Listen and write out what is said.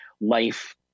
life